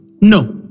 No